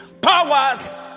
Powers